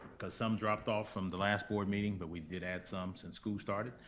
cause some dropped off from the last board meeting but we did add some since school started.